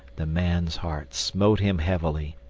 the man's heart smote him heavily,